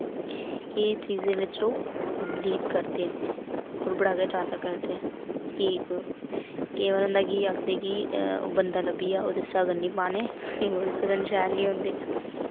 एह् चीजां बिच ओह् बिलीव करदे न और बड़ा गै जादा करदे न ते होर होंदा कि आखदे कि बंदा लब्भी जा ओह्दे सगन निं पाने ओह्दे सगन शैल निं होंदे